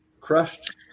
crushed